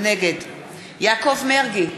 נגד יעקב מרגי,